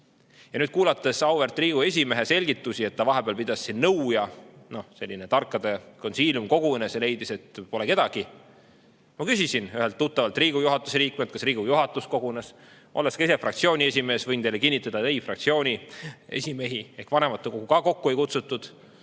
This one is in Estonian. [öelda]. Kuulasin auväärt Riigikogu esimehe selgitusi, et ta vahepeal pidas siin nõu ja selline tarkade konsiilium kogunes ja leidis, et pole midagi. Ma küsisin ühelt tuttavalt Riigikogu juhatuse liikmelt, kas Riigikogu juhatus kogunes. Olles ka ise fraktsiooni esimees, võin teile kinnitada, et ei, fraktsiooni esimehi ehk vanematekogu ka kokku ei ole kutsutud.